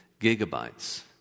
gigabytes